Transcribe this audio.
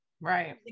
Right